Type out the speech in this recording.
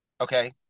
Okay